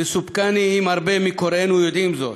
מסופקני אם הרבה מקוראינו יודעים זאת",